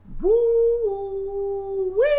Woo-wee